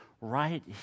right